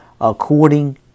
according